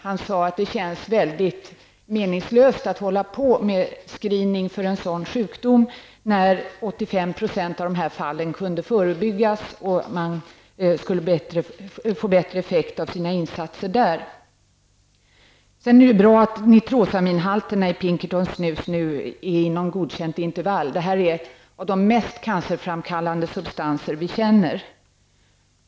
Han sade att det känns väldigt meningslöst att hålla på med screening för en sådan sjukdom, när 85 % av de här fallen kunde förebyggas och man skulle få bättre effekt av sina insatser på det sättet. Det är bra att nitrosaminhalterna i Pinkertons snus nu är inom godkänt intervall. Det gäller här en av de mest cancerframkallande substanser vi känner.